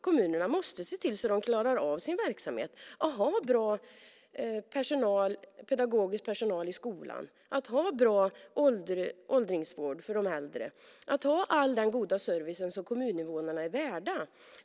Kommunerna måste se till att de klarar av sin verksamhet - att ha bra pedagogisk personal i skolan, att ha bra vård för de äldre, att ha all den goda service som kommuninvånarna är värda.